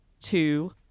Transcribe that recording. two